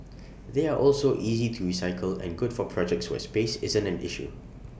they are also easy to recycle and good for projects where space isn't an issue